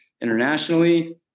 internationally